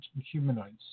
humanoids